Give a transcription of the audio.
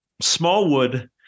Smallwood